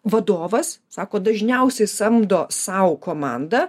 vadovas sako dažniausiai samdo sau komandą